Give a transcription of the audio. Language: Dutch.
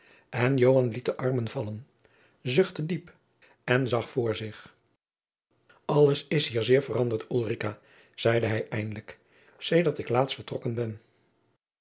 en joan liet de armen vallen zuchtte diep en zag voor zich alles is hier zeer veranderd ulrica zeide hij eindelijk sedert ik laatst vertrokken ben